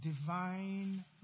divine